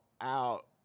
out